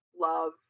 love